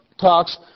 talks